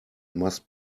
must